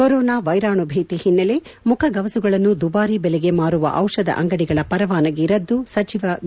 corona ವೈರಾಣು ಭೀತಿ ಓನ್ನೆಲೆ ಮುಖಗವಸುಗಳನ್ನು ದುಬಾರಿ ಬೆಲೆಗೆ ಮಾರುವ ಓಷಧ ಅಂಗಡಿಗಳ ಪರವಾನಗಿ ರದ್ದು ಸಚಿವ ಬಿ